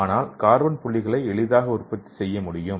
ஆனால் கார்பன் புள்ளிகளை எளிதாகக் உற்பத்தி செய்ய முடியும்